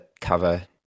cover